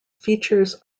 features